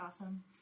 awesome